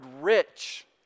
rich